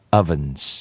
ovens